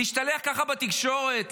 להשתלח ככה בתקשורת?